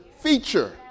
feature